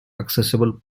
accessible